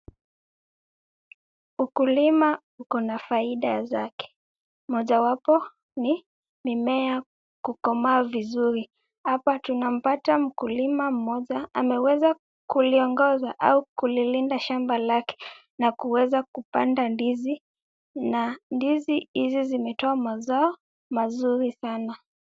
Ukulima uko na faida zake, mojawapo ni mimea kukomaa vizuri. Hapa tunampata mkulima mmoja ameweza kuliongoza au kulilinda shamba lake na kuweza kupanda ndizi na ndizi hizo zimetoa mazao mazuri sana.